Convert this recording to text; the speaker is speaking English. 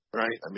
right